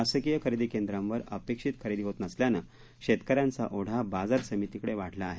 शासकीय खरेदी केंद्रावर अपेक्षित खरेदी होत नसल्याने शेतकऱ्यांचा ओढा बाजार समितीकडे वाढला आहे